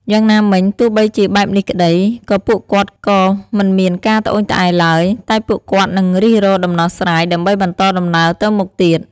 យ៉ាងណាមិញ ទោះបីជាបែបនេះក្តី ក៏ពួកគាត់ក៏មិនមានការត្អូញត្អែរឡើយ តែពួកគាត់នឹងរិះរកដំណោះស្រាយ ដើម្បីបន្តដំណើរទៅមុខទៀត។